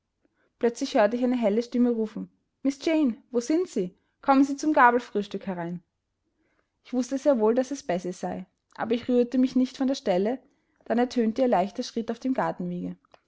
plötzlich hörte ich eine helle stimme rufen miß jane wo sind sie kommen sie zum gabelfrühstück herein ich wußte sehr wohl daß es bessie sei aber ich rührte mich nicht von der stelle dann ertönte ihr leichter schritt auf dem